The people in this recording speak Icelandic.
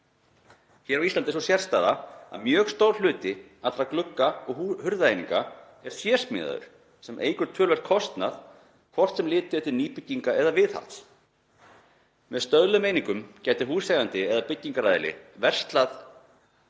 Hér á Íslandi er sú sérstaða að mjög stór hluti allra glugga- og hurðaeininga er sérsmíðaður sem eykur töluvert kostnað, hvort sem litið er til nýbygginga eða viðhalds. Með stöðluðum einingum gæti húseigandi eða byggingaraðili verslað